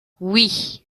oui